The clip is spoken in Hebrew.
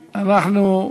אנחנו,